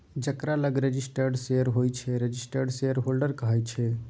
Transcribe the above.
जकरा लग registered share होइ छै रजिस्टर्ड शेयरहोल्डर कहाइ छै